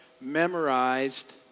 memorized